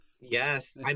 Yes